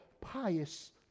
pious